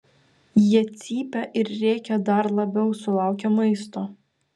jie cypia ir rėkia dar labiau sulaukę maisto